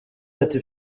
ati